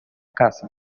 casas